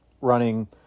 running